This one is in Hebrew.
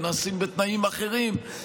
ונעשים בתנאים אחרים,